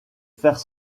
faire